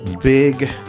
big